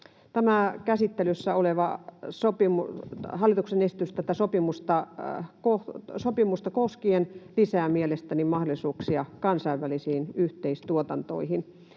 Tämä käsittelyssä oleva hallituksen esitys tätä sopimusta koskien lisää mielestäni mahdollisuuksia kansainvälisiin yhteistuotantoihin.